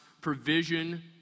provision